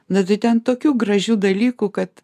na tai ten tokių gražių dalykų kad